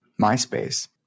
MySpace